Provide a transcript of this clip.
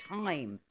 time